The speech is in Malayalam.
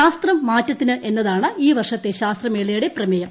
ശാസ്ത്രം മാറ്റത്തിന് എന്നുതാണ്ഈ വർഷത്തെ ശാസ്ത്രമേളയുടെ പ്രമേയം